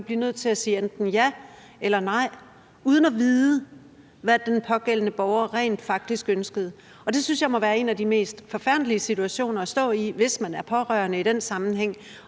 kan blive nødt til at sige enten ja eller nej, uden at vide, hvad den pågældende borger rent faktisk ønskede. Og det synes jeg må være en af de mest forfærdelige situationer at stå i, hvis man er pårørende i den sammenhæng,